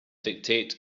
dictate